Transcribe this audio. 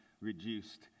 reduced